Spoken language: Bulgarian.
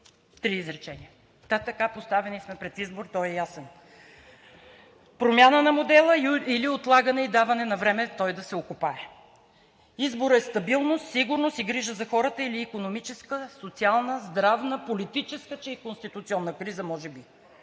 три изречения. Как така, поставени сме пред избор – той е ясен, промяна на модела или отлагане и даване на време той да се окопае. Изборът е стабилност, сигурност и грижа за хората или икономическа, социална, здравна, политическа, че и конституционна криза може би.